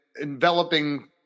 enveloping